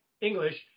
English